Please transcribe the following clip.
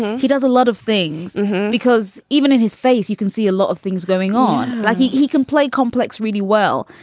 he does a lot of things because even in his face, you can see a lot of things going on. like he he can play complex really well.